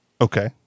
okay